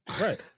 Right